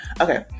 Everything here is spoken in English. Okay